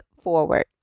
forward